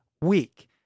week